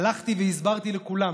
הלכתי והסברתי לכולם